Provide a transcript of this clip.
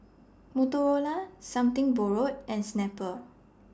Motorola Something Borrowed and Snapple